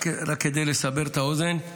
רק כדי לסבר את האוזן,